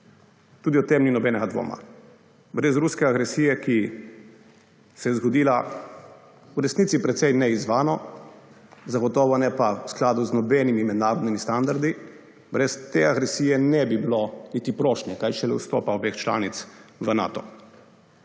Tudi o tem ni nobenega dvoma. Brez ruske agresije, ki se je zgodila v resnici precej neizzvano, zagotovo ne pa v skladu z nobenimi mednarodnimi standardi, brez te agresije ne bi bilo niti prošnje, kaj šele vstopa obeh članic v Nato.